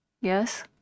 Yes